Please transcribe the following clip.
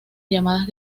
llamadas